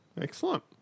Excellent